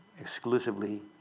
exclusively